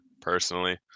personally